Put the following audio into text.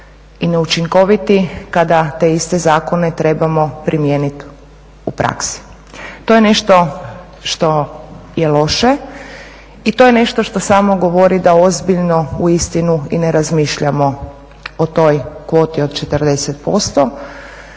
i neučinkoviti kada te iste zakone trebamo primijenit u praksi. To je nešto što je loše i to je nešto što samo govori da ozbiljno uistinu i ne razmišljamo o toj kvoti od 40%,